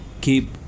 keep